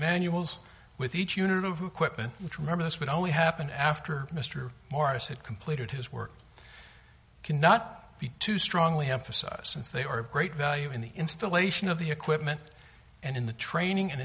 manuals with each unit of a quip and remember this would only happen after mr morris had completed his work cannot be too strongly emphasized since they are of great value in the installation of the equipment and in the training and